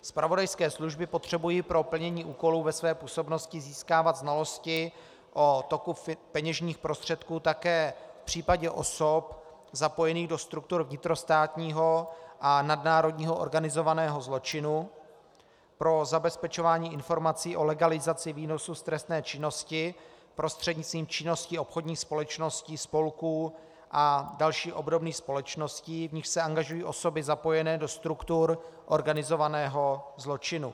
Zpravodajské služby potřebují pro plnění úkolů ve své působnosti získávat znalosti o toku peněžních prostředků také v případě osob zapojených do struktur vnitrostátního a nadnárodního organizovaného zločinu pro zabezpečování informací o legalizaci výnosů z trestné činnosti prostřednictvím činnosti obchodních společností, spolků a dalších obdobných společností, v nichž se angažují osoby zapojené do struktur organizovaného zločinu.